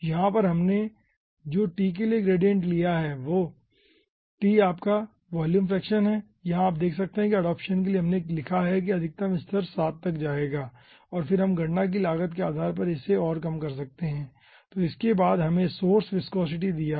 यहाँ पर हमने जो T के लिए ग्रेडिएंट लिया है जहाँ T आपका वॉल्यूम फ्रैक्शन है यहां आप देख सकते है कि एडाप्शन के लिए हमने लिखा है कि अधिकतम स्तर 7 तक जाएगा और फिर हम गणना की लागत के आधार पर इसे और कम कर सकते हैं तो इसके बाद हमें सोर्स विस्कोसिटी दिया है